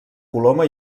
coloma